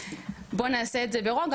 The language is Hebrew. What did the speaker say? בואו נעשה את זה ברוגע,